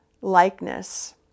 likeness